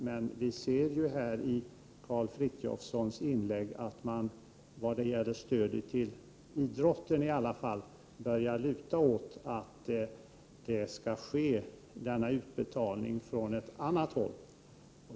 Det framgår dock av Karl Frithiofsons inlägg att man vad gäller stödet till idrotten börjar luta åt att utbetalningen skall ske från ett annat håll.